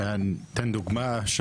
אני אתן דוגמה.